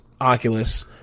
Oculus